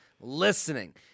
listening